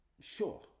Sure